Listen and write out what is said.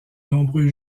nombreux